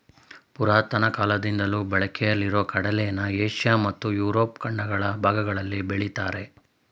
ಪುರಾತನ ಕಾಲದಿಂದಲೂ ಬಳಕೆಯಲ್ಲಿರೊ ಕಡಲೆನ ಏಷ್ಯ ಮತ್ತು ಯುರೋಪ್ ಖಂಡಗಳ ಭಾಗಗಳಲ್ಲಿ ಬೆಳಿತಾರೆ